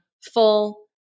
full